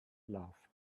laughed